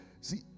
see